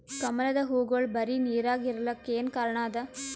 ಕಮಲದ ಹೂವಾಗೋಳ ಬರೀ ನೀರಾಗ ಇರಲಾಕ ಏನ ಕಾರಣ ಅದಾ?